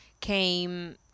came